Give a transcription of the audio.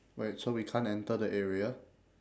right so we can't enter the area